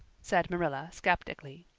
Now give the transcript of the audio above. said marilla skeptically.